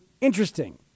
interesting